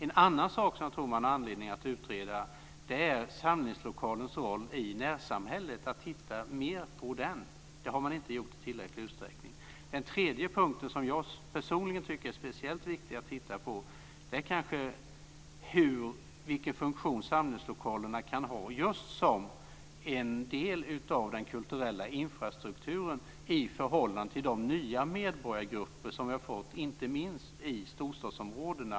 En annan sak som jag tror att det finns anledning att utreda är samlingslokalers roll i närsamhället, att titta mer på det. Det har man inte gjort i tillräcklig utsträckning. Den tredje punkten som jag personligen tycker är speciellt viktig att titta på är vilken funktion samlingslokalerna kan ha just som en del av den kulturella infrastrukturen i förhållande till de nya medborgargrupper som vi har fått, inte minst i storstadsområdena.